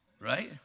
right